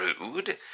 rude